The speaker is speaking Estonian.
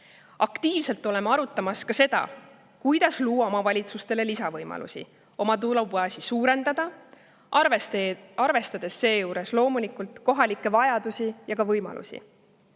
Aktiivselt arutame ka seda, kuidas luua omavalitsustele lisavõimalusi oma tulubaasi suurendamiseks, arvestades seejuures loomulikult kohalikke vajadusi ja võimalusi.